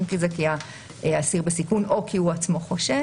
אם כי זה האסיר בסיכון או כי הוא עצמו חושש.